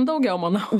daugiau manau